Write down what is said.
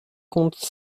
compte